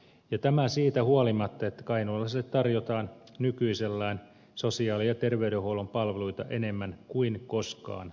ja tämä siitä huolimatta että kainuulaisille tarjotaan nykyisellään sosiaali ja terveydenhuollon palveluita enemmän kuin koskaan aiemmin